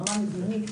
ברמה המדינית.